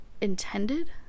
Intended